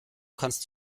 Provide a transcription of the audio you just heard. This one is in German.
kannst